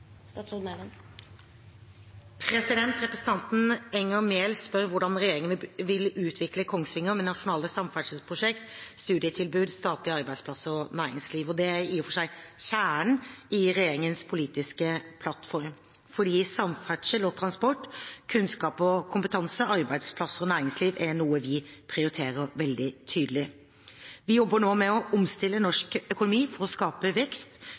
Representanten Enger Mehl spør hvordan regjeringen vil utvikle Kongsvinger med nasjonale samferdselsprosjekt, studietilbud, statlige arbeidsplasser og næringsliv. Og det er i og for seg kjernen i regjeringens politiske plattform, for samferdsel og transport, kunnskap og kompetanse, arbeidsplasser og næringsliv er noe vi prioriterer veldig tydelig. Vi jobber nå med å omstille norsk økonomi for å skape vekst